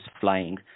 flying